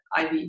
IV